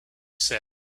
said